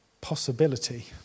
possibility